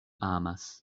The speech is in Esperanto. amas